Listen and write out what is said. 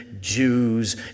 Jews